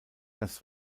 das